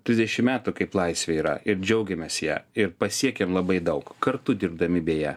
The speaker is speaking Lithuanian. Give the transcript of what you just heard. trisdešim metų kaip laisvė yra ir džiaugiamės ja ir pasiekėm labai daug kartu dirbdami beje